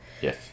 Yes